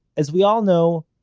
as we all know,